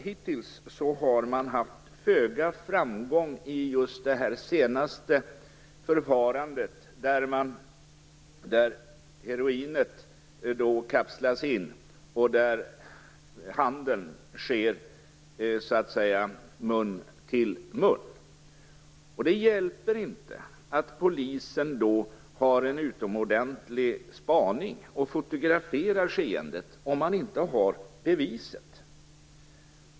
Hittills har man haft föga framgång i just det senaste förfarandet, där heroinet kapslas in och där handeln sker mun till mun, så att säga. Det hjälper inte att polisen då har en utomordentlig spaning och fotograferar skeendet om man inte har beviset.